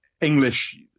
english